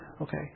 okay